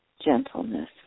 gentleness